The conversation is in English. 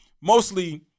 mostly